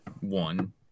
one